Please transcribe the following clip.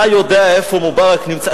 אתה יודע איפה מובארק נמצא.